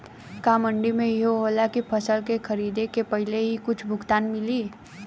का मंडी में इहो होला की फसल के खरीदे के पहिले ही कुछ भुगतान मिले?